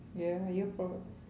ya you're prob~